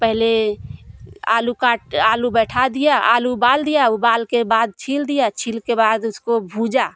पहले आलू काट आलू बैठा दिया आलू उबाल दिया आलू उबाल के बाद छील दिया छील के बाद उसको भूजा